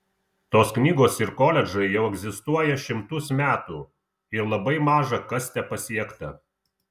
tos knygos ir koledžai jau egzistuoja šimtus metų ir labai maža kas tepasiekta